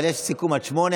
אבל יש סיכום עד 08:00,